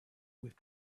with